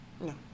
No